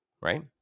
Right